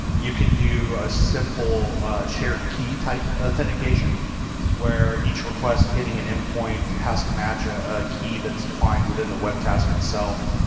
you can do a simple shared key type authentication where each request hitting an endpoint has to match a ah key that's defined within the webtask itself,